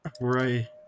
right